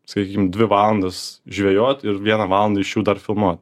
sakykim dvi valandas žvejot ir vieną valandą iš jų dar filmuot